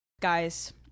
Guys